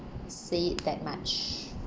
say it that much